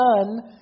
son